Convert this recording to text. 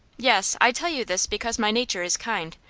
yes. i tell you this because my nature is kind.